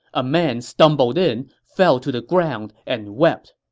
a man stumbled in, fell to the ground, and wept.